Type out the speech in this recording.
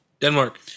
Denmark